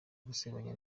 gusebanya